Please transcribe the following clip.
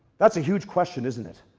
that's a huge question isn't it?